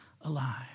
alive